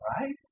right